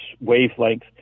wavelength